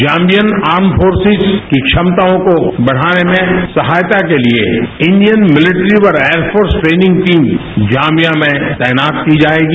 Zambian armed forces की क्षमताओं को बढ़ाने में सहायता के लिए इंडियन मिलिट्री और एयरफोर्स ट्रेनिंग टीम जाम्बिया में तैनात की जायेगी